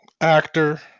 actor